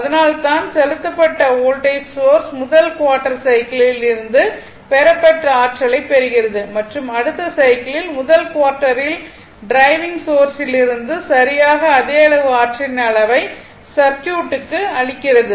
அதனால்தான் செலுத்தபட்ட voltage source முதல் குவார்ட்டர் சைக்கிளில் இருந்து பெறப்பட்ட ஆற்றலைப் பெறுகிறது மற்றும் அடுத்த சைக்கிளின் முதல் குவார்ட்டரில் r டிரைவிங் சோர்ஸ் லிருந்து சரியாக அதே அளவு ஆற்றலின் அளவை சர்க்யூட்டுக்கு அளிக்கிறது